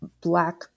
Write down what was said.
black